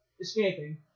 escaping